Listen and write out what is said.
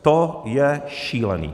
To je šílené!